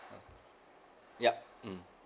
yup mm